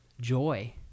joy